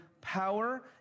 power